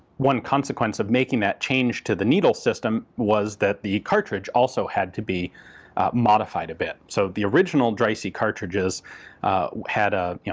one consequence of making that change to the needle system was that the cartridge also had to be modified a bit. so the original dreyse cartridges had a, yeah